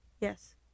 Yes